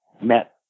met